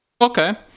Okay